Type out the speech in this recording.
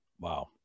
Wow